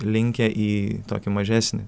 linkę į tokį mažesnį